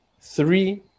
three